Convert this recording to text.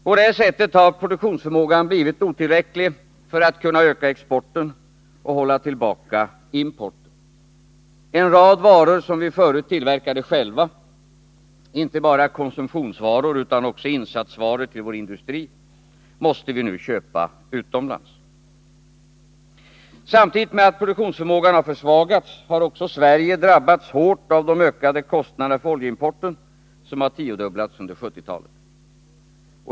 På detta sätt har produktionsförmågan blivit otillräcklig för att kunna öka exporten och hålla tillbaka importen. En rad varor som vi förut tillverkade själva — inte bara konsumtionsvaror utan också insatsvaror till vår industri — måste vi nu köpa utomlands. Samtidigt med att produktionsförmågan försvagats har Sverige också drabbats hårt av de ökade kostnaderna för oljeimporten, som tiofaldigats under 1970-talet.